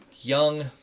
young